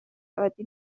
عادی